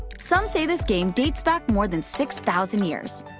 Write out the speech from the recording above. some say this game dates back more than six thousand years.